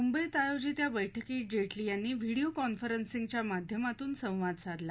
मुंबईत आयोजित या बैठकीत जेटली यांनी व्हिडोओ कॉन्फरन्सिंगच्या माध्यमातून संवाद साधला